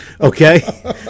Okay